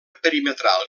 perimetral